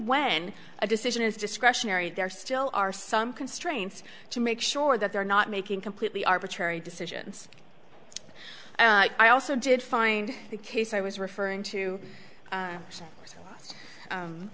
when a decision is discretionary there still are some constraints to make sure that they're not making completely arbitrary decisions i also did find a case i was referring to